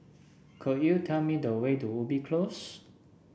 could you tell me the way to Ubi Close